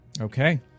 Okay